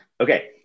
Okay